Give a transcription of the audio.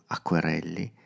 Acquerelli